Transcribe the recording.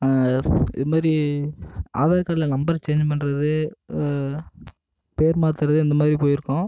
இதுமாதிரி ஆதார் கார்டில் number change பண்றது பேர் மாற்றுறது இந்தமாரி போயிருக்கும்